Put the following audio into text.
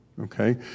Okay